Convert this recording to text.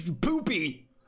poopy